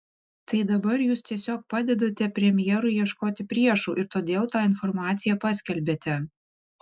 tai dabar jūs tiesiog padedate premjerui ieškoti priešų ir todėl tą informaciją paskelbėte